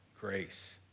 grace